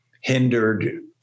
hindered